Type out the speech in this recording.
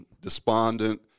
despondent